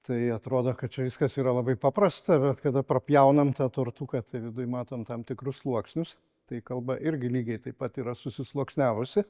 tai atrodo kad čia viskas yra labai paprasta bet kada prapjaunam tą tortuką tai viduj matom tam tikrus sluoksnius tai kalba irgi lygiai taip pat yra susisluoksniavusi